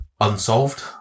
Unsolved